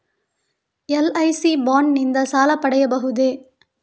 LIC bond ನಿಂದ ಸಾಲ ಪಡೆಯಬಹುದೇ?